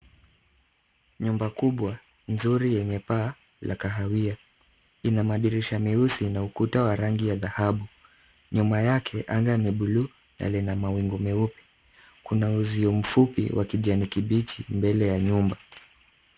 Nyumba kubwa nzuri yenye paa la kahawia, ina madirisha meusi na ukuta wa rangi ya dhahabu. Nyuma yake, anga ni buluu na lina mawingu meupe. Kuna uzio mfupi wa kijani kibichi mbele ya nyumba.